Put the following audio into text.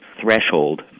threshold